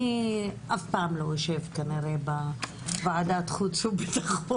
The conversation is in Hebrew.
אני כנראה אף פעם לא אשב בוועדת חוץ וביטחון.